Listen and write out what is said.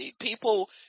People